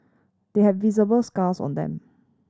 they have visible scars on them